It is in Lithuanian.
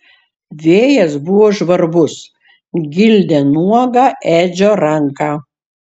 vėjas buvo žvarbus gildė nuogą edžio ranką